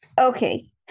Okay